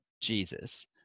Jesus